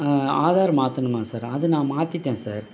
ஆ ஆதார் மாற்றணுமா சார் அது நான் மாற்றிட்டேன் சார்